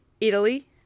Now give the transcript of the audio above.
Italy